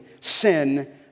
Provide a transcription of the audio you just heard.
sin